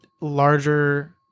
larger